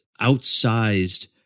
outsized